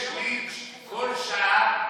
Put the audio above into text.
יש לינץ' כל שעה,